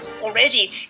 already